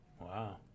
Wow